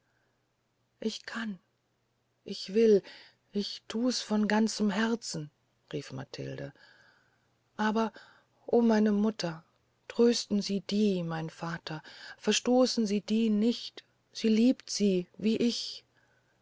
ich kann ich will ich thu es von ganzem herzen rief matilde aber o meine mutter trösten sie die mein vater verstoßen sie die nicht sie liebt sie wie ich